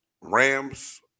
Rams